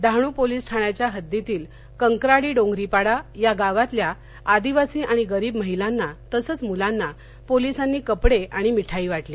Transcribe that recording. Dahanu police ठाण्याच्या हद्दीतील कंक्राडी डोंगरीपाडा या गावातल्या आदिवासी आणि गरीब महिलांना तसंच मुलांना पोलिसांनी कपडे आणि मिठाई वाटली